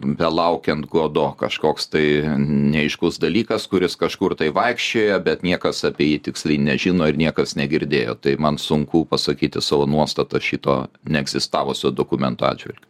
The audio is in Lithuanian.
belaukiant godo kažkoks tai neaiškus dalykas kuris kažkur tai vaikščioja bet niekas apie jį tiksliai nežino ir niekas negirdėjo tai man sunku pasakyti savo nuostatas šito neegzistavusio dokumento atžvilgiu